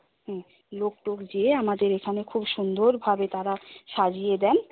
হুম লোক টোক গিয়ে আমাদের এখানে খুব সুন্দরভাবে তারা সাজিয়ে দেন